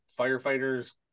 firefighters